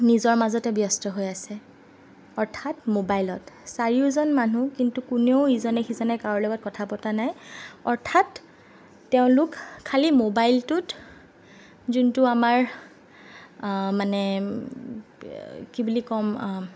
নিজৰ মাজতে ব্যস্ত হৈ আছে অৰ্থাৎ মোবাইলত চাৰিওজন মানুহ কিন্তু কোনেও ইজনে সিজনে কাৰো লগত কথা পতা নাই অৰ্থাৎ তেওঁলোক খালী মোবাইলটোত যোনটো আমাৰ মানে কি বুলি ক'ম